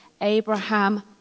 Abraham